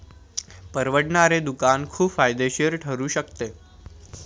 परवडणारे दुकान खूप फायदेशीर ठरू शकते